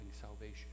salvation